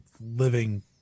living